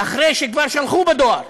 אחרי שכבר שלחו בדואר.